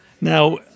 Now